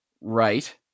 right